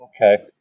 Okay